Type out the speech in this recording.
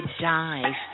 dive